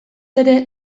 ere